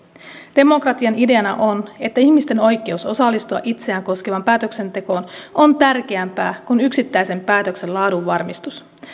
demokratian ideana on että ihmisten oikeus osallistua itseään koskevaan päätöksentekoon on tärkeämpää kuin yksittäisen päätöksen laadun varmistus